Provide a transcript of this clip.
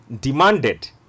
demanded